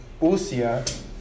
usia